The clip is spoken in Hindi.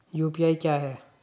यू.पी.आई क्या है?